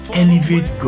elevate